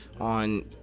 on